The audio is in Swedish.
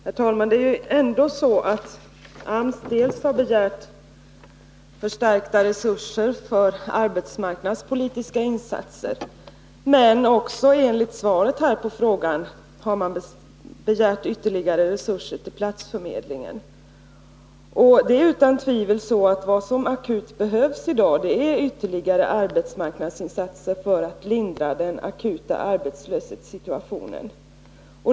Herr talman! Det är ju ändå så att AMS har begärt förstärkta resurser för arbetsmarknadspolitiska insatser. Men AMS har också enligt svaret på min fråga begärt ytterligare resurser till platsförmedlingen. Det är utan tvivel så, att vad som behövs i dag är ytterligare arbetsmarknadspolitiska insatser för att lindra den akuta arbetslöshetssituationen.